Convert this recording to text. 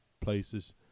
places